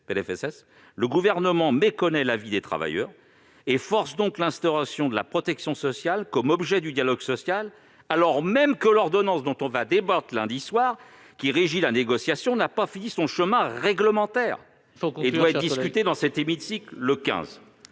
le Gouvernement méconnaît la vie des travailleurs et force l'instauration de la protection sociale comme objet du dialogue social, alors même que l'ordonnance dont on va débattre lundi et qui régit cette négociation n'a pas fini son chemin réglementaire. Il faut donc absolument